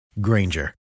Granger